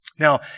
Now